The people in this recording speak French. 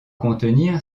contenir